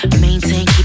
Maintain